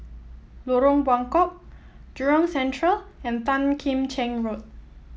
Lorong Buangkok Jurong Central and Tan Kim Cheng Road